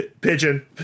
pigeon